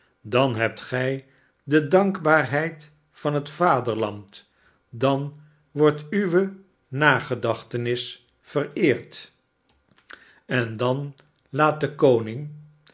dan hebt gij de dankbaarheid van het vaderland dan wordt uwe nagedachtenis vereerd en dan laat de koning